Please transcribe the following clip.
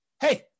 hey